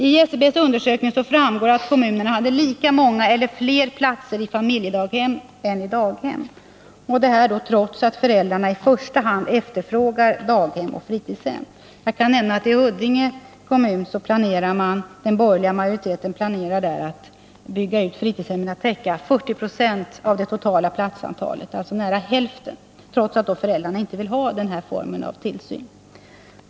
Av SCB:s undersökning framgår att kommunerna hade lika många eller fler platser i familjedaghem än i daghem — detta trots att föräldrarna i första hand efterfrågar platser i daghem och fritidshem. Jag kan nämna att i Huddinge kommun planerar den borgerliga majoriteten att bygga ut fritidshemmen att täcka 40 96 av det totala platsantalet, alltså nära hälften, trots att föräldrarna inte vill ha den formen av tillsyn.